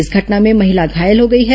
इस घटना में महिला घायल हो गई हैं